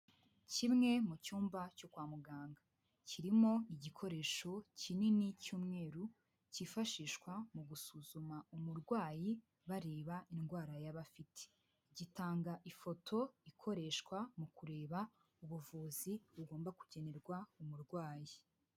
Kimwe mu cyumba cyo kwa muganga, kirimo igikoresho kinini cy'umweru cyifashishwa mu gusuzuma umurwayi bareba indwara yaba afite, gitanga ifoto ikoreshwa mu kureba ubuvuzi bugomba kugenerwa umurwayi.